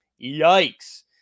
Yikes